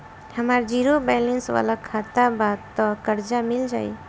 हमार zero balance वाला खाता बा त कर्जा मिल जायी?